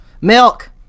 Milk